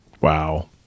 Wow